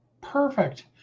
Perfect